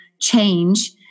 change